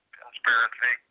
conspiracy